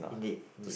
indeed indeed